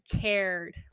cared